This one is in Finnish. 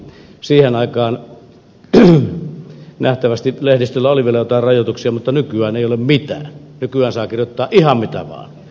siihen aikaan nähtävästi lehdistöllä oli vielä joitain rajoituksia mutta nykyään ei ole mitään nykyään saa kirjoittaa ihan mitä vaan